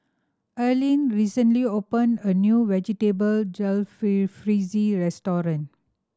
Arlen recently opened a new Vegetable Jalfrezi Restaurant